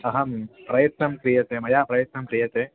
अहं प्रयत्नं क्रियते मया प्रयत्नं क्रियते